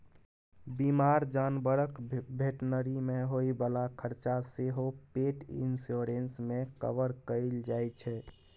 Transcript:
बीमार जानबरक भेटनरी मे होइ बला खरचा सेहो पेट इन्स्योरेन्स मे कवर कएल जाइ छै